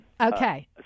Okay